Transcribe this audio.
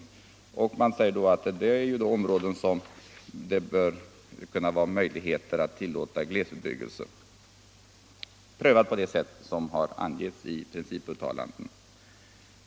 Man sade sig då att det var markområden där det borde finnas möjlighet att tillåta glesbebyggelse, prövad på det sätt som angetts i principuttalanden.